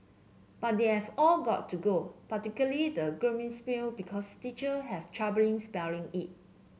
but they have all got to go particularly the glockenspiel because teacher have troubling spelling it